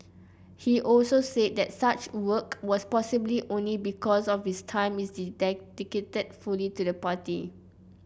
he also said that such work was possible only because his time is dedicated fully to the party